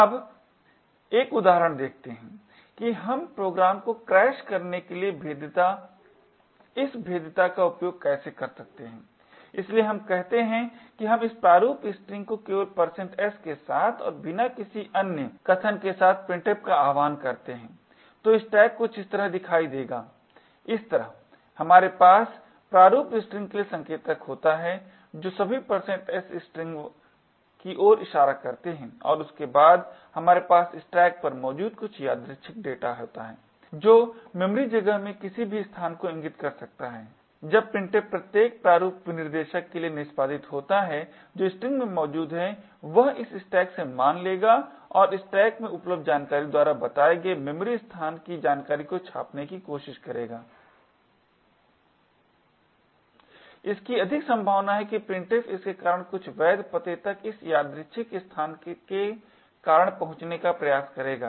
अब एक उदाहरण देखते हैं कि हम प्रोग्राम को क्रैश करने के लिए इस भेद्यता का उपयोग कैसे कर सकते हैं इसलिए हम कहते हैं कि हम इस प्रारूप स्ट्रिंग को केवल s के साथ और बिना किसी अन्य कथन के साथ printf का आह्वान करते हैं तो स्टैक कुछ इस तरह दिखाई देगा इस तरह हमारे पास प्रारूप स्ट्रिंग के लिए संकेतक होता है जो सभी s वाले स्ट्रिंग की ओर इशारा करता है और उसके बाद हमारे पास स्टैक पर मौजूद कुछ यादृच्छिक डेटा होता है जो मेमोरी जगह में किसी भी स्थान को इंगित कर सकता है जब printf प्रत्येक प्रारूप विनिर्देशक के लिए निष्पादित होता है जो स्ट्रिंग में मौजूद है वह इस स्टैक से मान लेगा और स्टैक में उपलब्ध जानकारी द्वारा बताये गये मेमोरी स्थान की जानकारी को छापने की कोशिश करेगा इसकी अधिक संभावना है कि printf इसके कारण कुछ वैध पते तक इस यादृछिक स्थान के कारण पहुंचने का प्रयास करेगा